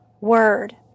word